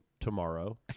Tomorrow